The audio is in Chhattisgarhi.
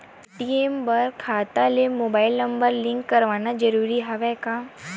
ए.टी.एम बर खाता ले मुबाइल नम्बर लिंक करवाना ज़रूरी हवय का?